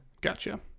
Gotcha